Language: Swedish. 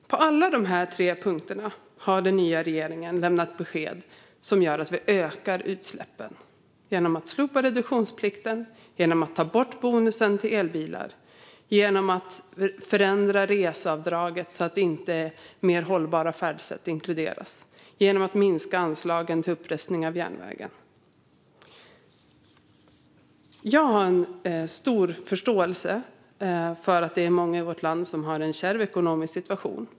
På alla de här tre punkterna har den nya regeringen lämnat besked som gör att vi ökar utsläppen. Man slopar reduktionsplikten, tar bort bonusen till elbilar, förändrar reseavdraget så att inte mer hållbara färdsätt inkluderas samt minskar anslagen till upprustning av järnvägen. Jag har stor förståelse för att det är många i vårt land som har en kärv ekonomisk situation.